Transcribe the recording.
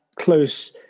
close